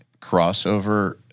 crossover